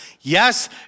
Yes